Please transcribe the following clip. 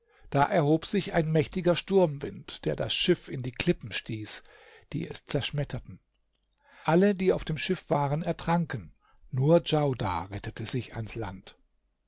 da erhob sich ein mächtiger sturmwind der das schiff in klippen stieß die es zerschmetterten alle die auf dem schiff waren ertranken nur djaudar rettete sich ans land